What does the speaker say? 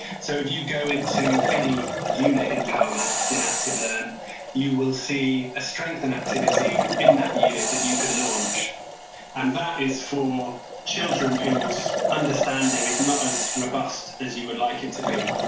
so if you go into any unit in powermax inactive learn you will see a strengthen activity in that unit that you can launch and that is for children whose understanding is not as robust as you would like it to be.